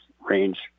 range